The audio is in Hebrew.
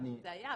זה מה שהיה,